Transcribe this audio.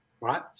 right